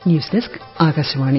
news desk Akashvani